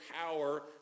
power